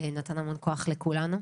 נתן המון כוח לכולנו.